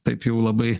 taip jau labai